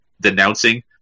denouncing